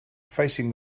facing